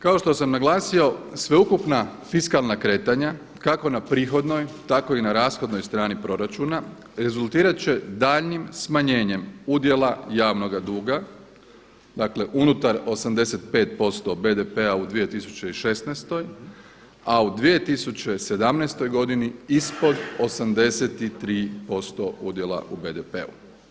Kao što sam naglasio sveukupna fiskalna kretanja kako na prihodnoj, tako i na rashodnoj strani proračuna rezultirat će daljnjim smanjenjem udjela javnoga duga, dakle unutar 85% BDP-a u 2016., a u 2017. godini ispod 83% udjela u BDP-u.